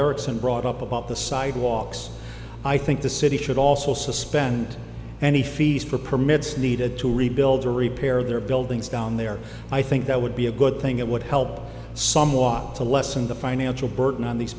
erickson brought up about the sidewalks i think the city should also suspend any fees for permits needed to rebuild or repaired their buildings down there i think that would be a good thing it would help some walk to lessen the financial burden on these